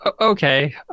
okay